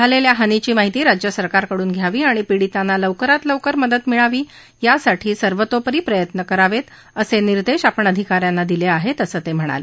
झालेल्या हानीची माहिती राज्यसरकारकडून घ्यावी आणि पीडितांना लवकरात लवकर मदत मिळावी यासाठी सर्वतोपरी प्रयत्न करावेत असे निर्देश आपण अधिका यांना दिले आहेत असं ते म्हणाले